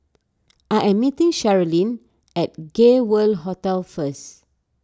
I am meeting Sherilyn at Gay World Hotel first